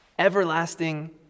Everlasting